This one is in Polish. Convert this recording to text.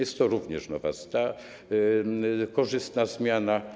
Jest to również nowa korzystna zmiana.